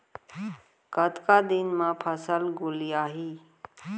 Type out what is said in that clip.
कतका दिन म फसल गोलियाही?